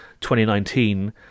2019